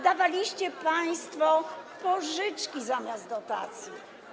dawaliście państwo pożyczki zamiast dotacji.